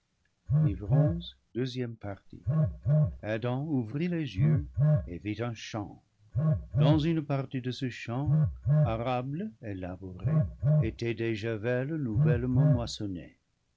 adam ouvrit les yeux et vit un champ dans une partie de ce champ arable et labourée étaient des javelles nouvellement moissonnées